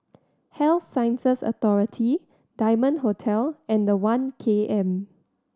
Health Sciences Authority Diamond Hotel and One K M